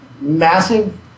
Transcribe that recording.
massive